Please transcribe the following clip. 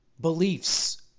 beliefs